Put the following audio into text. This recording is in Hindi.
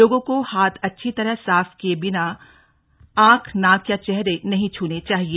लोगों को हाथ अच्छी तरह साफ किए बिना आखें नाक या चेहरा नहीं छना चाहिए